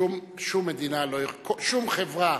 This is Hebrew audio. שום מדינה, שום חברה